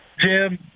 Jim